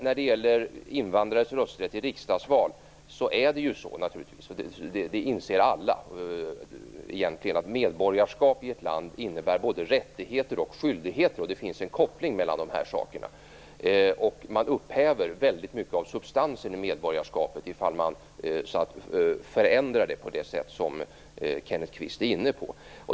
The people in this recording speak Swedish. När det gäller invandrares rösträtt i riksdagsval inser egentligen alla att medborgarskap i ett land innebär både rättigheter och skyldigheter, och det finns en koppling mellan dessa saker. Man upphäver väldigt mycket av substansen i medborgarskapet om man förändrar det på det sätt som Kenneth Kvist är inne på.